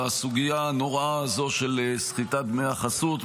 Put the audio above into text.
בסוגיה הנוראה הזו של סחיטת דמי החסות.